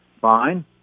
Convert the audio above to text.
Fine